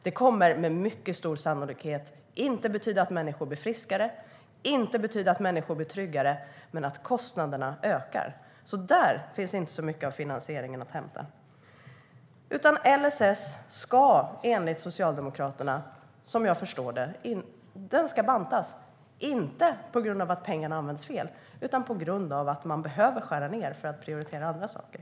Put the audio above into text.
Det kommer med mycket stor sannolikhet inte att betyda att människor blir friskare eller tryggare men att kostnaderna ökar. Där finns alltså inte så mycket av finansieringen att hämta. LSS ska, som jag förstår det, bantas enligt Socialdemokraterna, inte för att man har använt pengarna fel, utan för att man behöver skära ned för att prioritera andra saker.